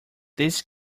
this